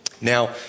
Now